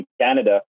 Canada